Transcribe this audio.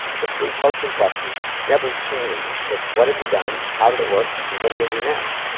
the three coaching questions never change. it's what have you done, how did it work, and what are you gonna do next?